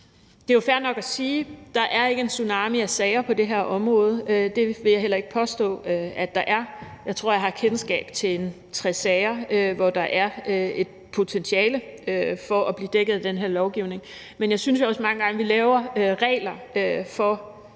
Det er jo fair nok at sige, at der ikke er en tsunami af sager på det her område. Det vil jeg heller ikke påstå at der er. Jeg tror, jeg har kendskab til tre sager, hvor der er et potentiale for at blive dækket af den her lovgivning, men jeg synes også, at vi mange gange laver regler for